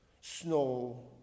Snow